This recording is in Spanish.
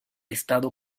estado